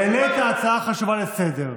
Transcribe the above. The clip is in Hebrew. העלית הצעה חשובה לסדר-היום,